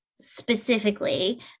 specifically